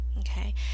Okay